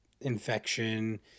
infection